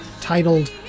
titled